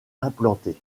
implantées